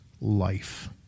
life